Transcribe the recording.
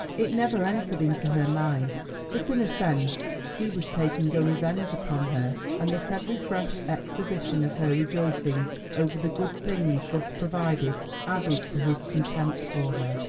it never entered into her mind that in a sense he was taking a revenge upon her, and that every fresh exhibition of her rejoicings over the good things thus provided added to his contempt for her.